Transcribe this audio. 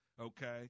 okay